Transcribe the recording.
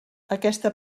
aquesta